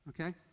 okay